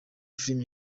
filime